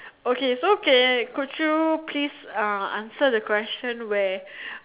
okay is okay could you please answer the question where